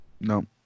no